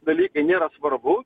dalykai nėra svarbu